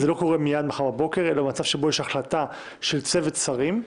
זה לא קורה מיד מחר בבוקר אלא במצב שבו יש החלטה של צוות שרים.